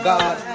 God